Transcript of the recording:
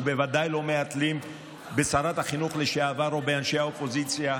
ובוודאי לא מהתלים בשרת החינוך לשעבר או באנשי האופוזיציה,